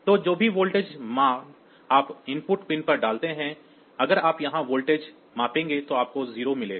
तो जो भी वोल्टेज मान आप इनपुट पिन पर डालते हैं अगर आप यहाँ वोल्टेज मापेंगे तो आपको 0 मिलेगा